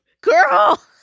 Girl